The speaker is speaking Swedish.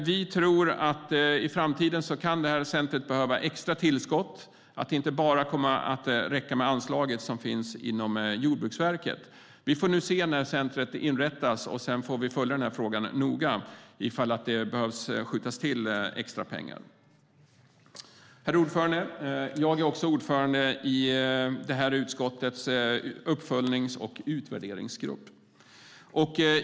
Vi tror att centret kan behöva extra tillskott i framtiden och att det inte kommer att räcka med enbart det anslag som finns inom Jordbruksverket. Vi får se när centret inrättas, och sedan får vi följa frågan noga och se om det behöver skjutas till extra pengar. Herr talman! Jag är ordförande i utskottets uppföljnings och utvärderingsgrupp.